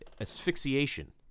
asphyxiation